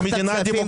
אם הוא בחר להביע